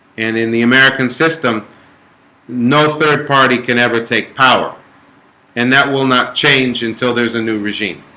and in the american system no third party can ever take power and that will not change until there's a new regime